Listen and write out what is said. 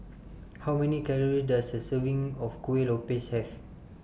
How Many Calories Does A Serving of Kueh Lopes Have